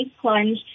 plunge